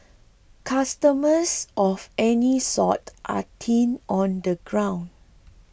customers of any sort are thin on the ground